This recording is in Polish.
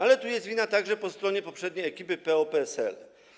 Ale tu jest wina także po stronie poprzedniej ekipy PO-PSL.